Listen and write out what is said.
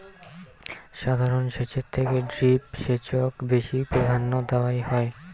সাধারণ সেচের থেকে ড্রিপ সেচক বেশি প্রাধান্য দেওয়াং হই